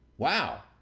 wow,